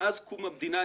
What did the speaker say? מאז קום המדינה,